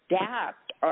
adapt